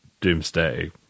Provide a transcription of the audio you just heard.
doomsday